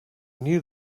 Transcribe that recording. knew